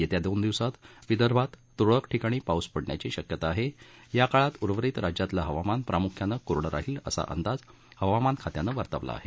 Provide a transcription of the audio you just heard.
येत्या दोन दिवसात विदर्भात तुरळक ठिकाणी पाऊस पडण्याची शक्यता आहे याच काळात उर्वरित राज्यातलं हवामान प्रामुख्यानं कोरडं राहील असा अंदाज हवामान खात्यानं वर्तवला आहे